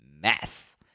mess